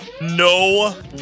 No